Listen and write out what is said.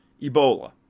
ebola